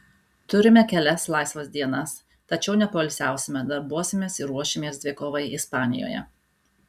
turime kelias laisvas dienas tačiau nepoilsiausime darbuosimės ir ruošimės dvikovai ispanijoje